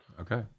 Okay